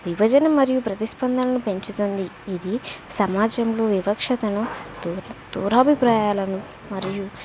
విభజన మరియు ప్రతిస్పందనను పెంచుతుంది ఇది సమాజంలో వివక్షతను దూర దురభిప్రాయాలను మరియు